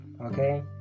okay